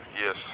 Yes